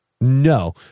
No